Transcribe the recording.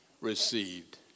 received